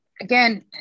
again